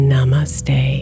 Namaste